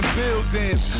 buildings